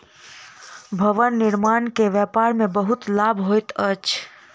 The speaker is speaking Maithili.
भवन निर्माण के व्यापार में बहुत लाभ होइत अछि